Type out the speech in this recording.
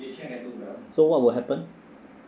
and so what will happen